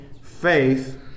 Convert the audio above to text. faith